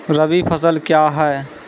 रबी फसल क्या हैं?